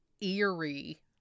eerie